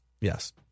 Yes